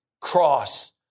cross